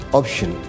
option